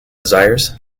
desires